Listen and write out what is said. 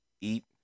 eat